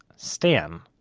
stan,